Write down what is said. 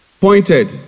pointed